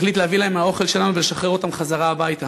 החליט להביא להם מהאוכל שלנו ולשחרר אותם חזרה הביתה.